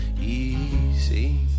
easy